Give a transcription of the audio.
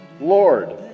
Lord